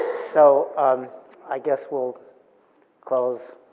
so um i guess we'll close